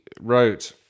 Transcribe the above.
wrote